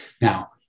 Now